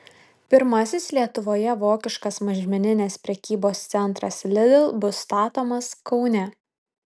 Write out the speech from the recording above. pirmasis lietuvoje vokiškas mažmeninės prekybos centras lidl bus statomas kaune